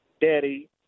Daddy